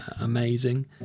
amazing